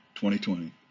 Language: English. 2020